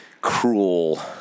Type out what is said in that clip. cruel